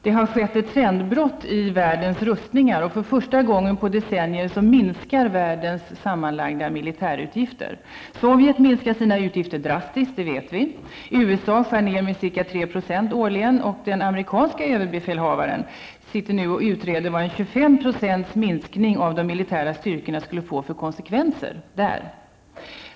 Det har skett ett trendbrott i världens rustningar, och för första gången under decennier minskar världens sammanlagda militärutgifter. Vi vet att Sovjet minskar sina utgifter drastiskt. USA skär årligen ned med ca 3 %, och den amerikanske överbefälhavaren utreder nu vad en minskning med 25 % av de militära styrkorna skulle få för konsekvenser för USA.